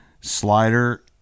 slider